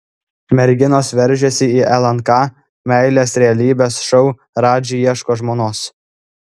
merginos veržiasi į lnk meilės realybės šou radži ieško žmonos